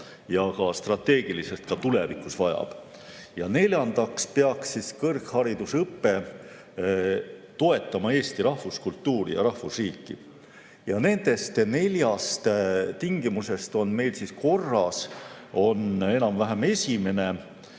ja strateegiliselt ka tulevikus vajab. Ja neljandaks peaks kõrgharidusõpe toetama eesti rahvuskultuur ja rahvusriiki. Nendest neljast tingimusest on meil korras enam-vähem esimene.